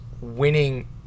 winning